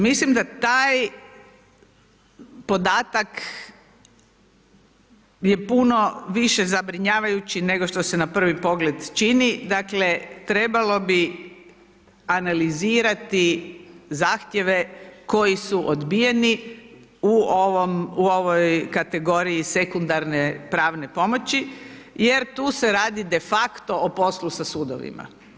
Mislim da taj podatak, je puno više zabrinjavajući nego što se na prvi pogled čini, dakle, trebalo bi analizirati zahtjeve koji su odbijeni u ovoj kategoriji sekundarne pravne pomoći, jer tu se radi de facto o poslu o sudovima.